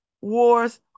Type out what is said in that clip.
wars